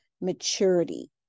maturity